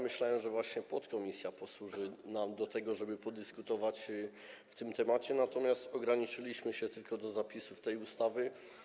Myślałem, że właśnie podkomisja posłuży nam do tego, żeby podyskutować na ten temat, ale ograniczyliśmy się tylko do zapisów tej ustawy.